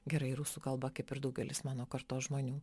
gerai rusų kalbą kaip ir daugelis mano kartos žmonių